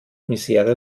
misere